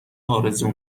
آرزو